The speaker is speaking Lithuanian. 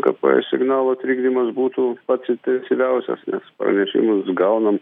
gps signalo trikdymas būtų pats intensyviausias nes pranešimus gaunam